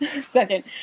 second